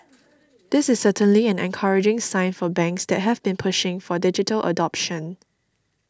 this is certainly an encouraging sign for banks that have been pushing for digital adoption